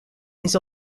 les